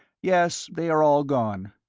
yes, they are all gone.